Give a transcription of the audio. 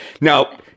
now